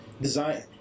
design